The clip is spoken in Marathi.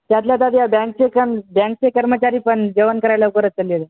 त्यातल्या त्यात बँकचे कन बँकचे कर्मचारी पण जेवण करायला लवकरच चललेले